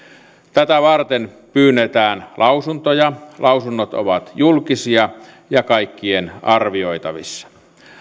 tätä varten pyydetään lausuntoja lausunnot ovat julkisia ja kaikkien arvioitavissa